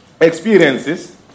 Experiences